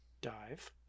dive